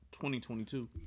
2022